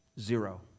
zero